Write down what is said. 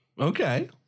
Okay